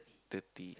thirty